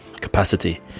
capacity